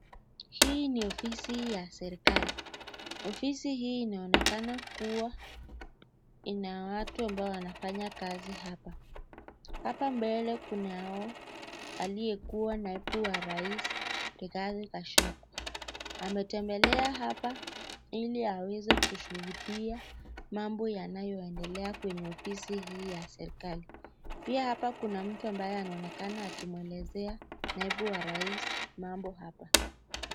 Hii ni ofisi ya serekali ofisi hii inaonekana kuwa ina watu wanafanya kazi hapa. Hapa kuna aliyekuwa naibu wa rais Rigathe Gachagua ametembelea hapa ili aweze kushuhudia mambo yanayoendelea kwenye ofisi hii ya serekali. Pia hapa kuna mtu anayeonekana akimwelelezea naibu wa rais mambo haoa.